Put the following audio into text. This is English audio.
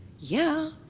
yeah.